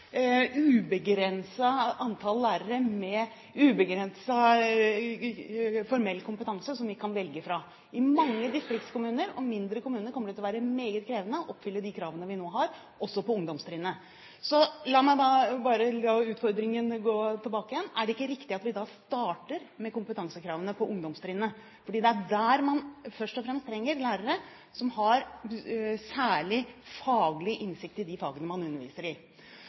nå har, også på ungdomstrinnet. Så la meg bare la utfordringen gå tilbake igjen: Er det ikke riktig at vi da starter med kompetansekravene på ungdomstrinnet, fordi det er der man først og fremst trenger lærere som har særlig faglig innsikt i de fagene man underviser i?